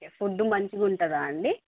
food మంచిగా ఉంటుందా అండి